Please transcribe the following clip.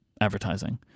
advertising